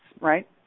right